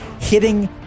hitting